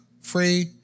free